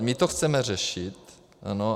My to chceme řešit, ano.